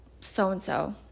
so-and-so